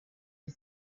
die